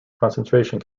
concentration